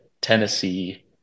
Tennessee